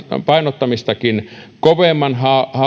tasapainottamistakin kovemman